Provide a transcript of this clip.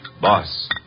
Boss